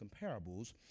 comparables